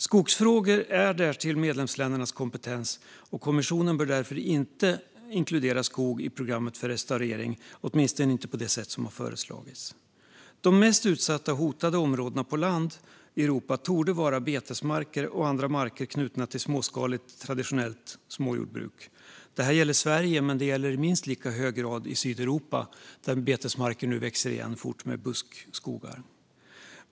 Skogsfrågor är därtill medlemsländernas kompetens, och kommissionen bör därför inte inkludera skog i programmet för restaurering, åtminstone inte på det sätt som har föreslagits. De mest utsatta och hotade områdena på land i Europa torde vara betesmarker och andra marker knutna till småskaligt traditionellt småjordbruk. Detta gäller Sverige, men det gäller i minst lika hög grad Sydeuropa där betesmarker nu växer igen fort med buskskogar.